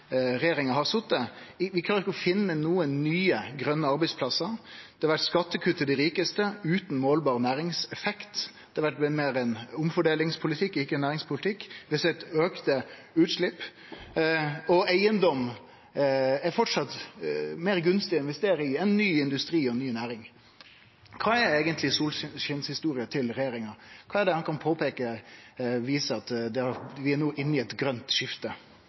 regjeringa har sete, har dei ikkje klart å finne nokon nye grøne arbeidsplassar. Det har vore skattekutt til dei rikaste utan målbar næringseffekt. Det har vore meir ein omfordelingspolitikk, ikkje ein næringspolitikk. Vi har sett auka utslepp, og eigedom er framleis gunstigare å investere i enn ny industri og ny næring. Kva er eigentleg solskinshistoria til regjeringa? Kva er det han kan påpeike som viser at vi no er inne i eit grønt skifte?